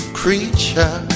creature